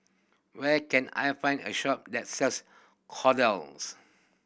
where can I find a shop that sells Kordel's